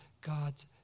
God's